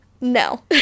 no